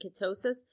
ketosis